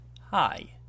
Hi